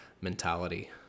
mentality